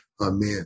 Amen